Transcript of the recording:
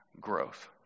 growth